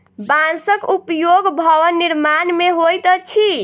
बांसक उपयोग भवन निर्माण मे होइत अछि